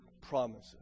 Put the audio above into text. promises